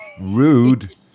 Rude